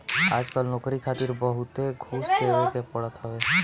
आजकल नोकरी खातिर बहुते घूस देवे के पड़त हवे